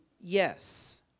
yes